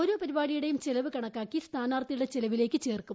ഓരോ പരിപാടിയുടെയും ചെലവ് കണക്കാക്കി സ്ഥാനാർത്ഥിയുടെ ചെലവിലേയ്ക്ക് ചേർക്കും